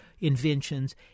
inventions